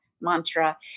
mantra